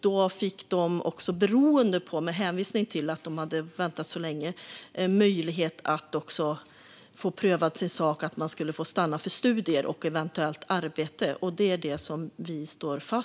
Då fick de också, med hänvisning till att hade väntat så länge, möjlighet att få stanna för studier och eventuellt arbete. Det är det som vi står fast vid.